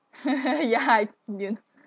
ya